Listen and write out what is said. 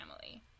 family